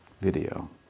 video